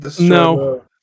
No